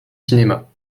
cinéma